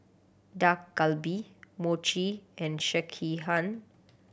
Dak Galbi Mochi and Sekihan